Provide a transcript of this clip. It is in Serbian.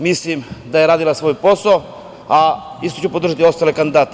Mislim da je radila svoj posao, a isto ću podržati i ostale kandidate.